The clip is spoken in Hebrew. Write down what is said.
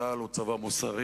צה"ל הוא צבא מוסרי,